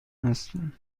هستند